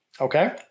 Okay